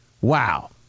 Wow